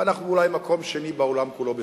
ואנחנו אולי מקום שני בעולם כולו בסטארט-אפים.